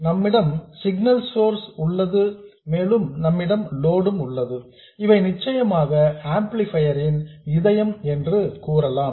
நம்மிடம் signal source உள்ளது மேலும் நம்மிடம் லோடு உள்ளது இவை நிச்சயமாக ஆம்ப்ளிபையர் ன் இதயம் என்று கூறலாம்